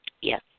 Yes